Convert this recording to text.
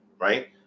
right